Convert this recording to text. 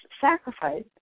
sacrifice